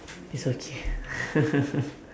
is okay